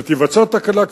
כשתיווצר תקלה,